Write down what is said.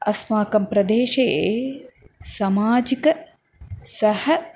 अस्माकं प्रदेशे सामाजिक सह